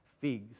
figs